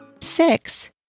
Six